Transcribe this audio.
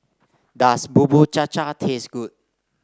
does Bubur Cha Cha taste good